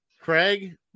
Craig